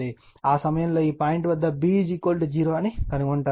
ఆ సమయం లో ఈ పాయింట్ వద్ద B 0 ను అని కనుగొంటారు